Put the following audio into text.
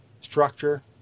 Structure